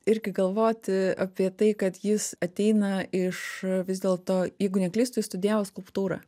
irgi galvoti apie tai kad jis ateina iš vis dėlto jeigu neklystu jis studijavo skulptūrą